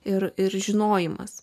ir ir žinojimas